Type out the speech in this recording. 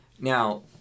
now